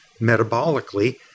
metabolically